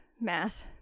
math